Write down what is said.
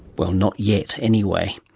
well, not yet anyway.